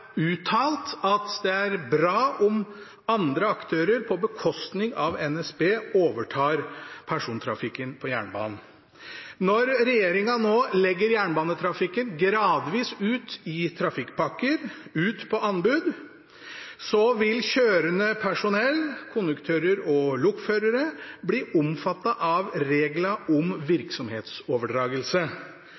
uttalt, at det er bra om andre aktører – på bekostning av NSB – overtar persontrafikken på jernbanen. Når regjeringen nå legger jernbanetrafikken gradvis ut i trafikkpakker, ut på anbud, vil kjørende personell, konduktører og lokførere, bli omfattet av reglene om virksomhetsoverdragelse.